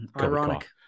Ironic